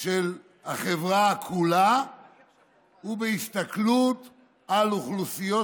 של החברה כולה ובהסתכלות על אוכלוסיות